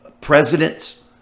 Presidents